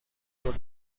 por